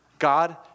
God